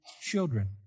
children